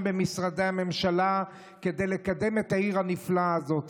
במשרדי הממשלה כדי לקדם את העיר הנפלאה הזאת,